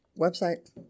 website